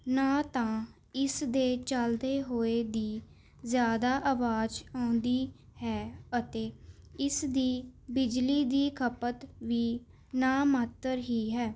ਨਾ ਤਾਂ ਇਸ ਦੇ ਚੱਲਦੇ ਹੋਏ ਦੀ ਜ਼ਿਆਦਾ ਆਵਾਜ਼ ਆਉਂਦੀ ਹੈ ਅਤੇ ਇਸ ਦੀ ਬਿਜਲੀ ਦੀ ਖਪਤ ਵੀ ਨਾ ਮਾਤਰ ਹੀ ਹੈ